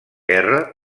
guerra